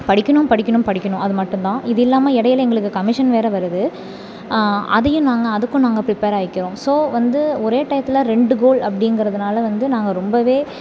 படிக்கணும் படிக்கணும் படிக்கணும் அது மட்டும் தான் இதில்லாம இடையில எங்களுக்கு கமிஷன் வேறு வருது அதையும் நாங்கள் அதுக்கும் நாங்கள் ப்ரிப்பேர் ஆகிக்கிறோம் ஸோ வந்து ஒரே டையத்தில் ரெண்டு கோல் அப்படிங்கிறதுனால வந்து நாங்கள் ரொம்பவே